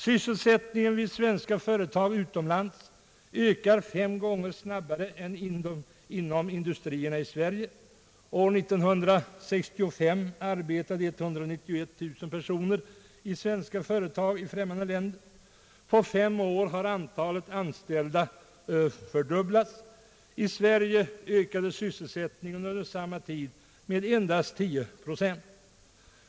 Sysselsättningen = vid svenska företag utomlands ökar fem gånger snabbare än inom industrierna i Sverige. År 1965 arbetade 191 000 personer i svenska företag i främmande länder. På fem år har antalet anställda fördubblats. I Sverige ökade sysselsättningen under samma tid med endast 10 procent.